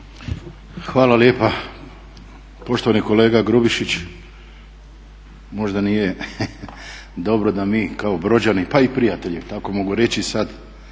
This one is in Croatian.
Hvala lijepa. Poštovani kolega Grubišić, možda nije dobro da mi kao Brođani pa i prijatelji, tako mogu reći sad,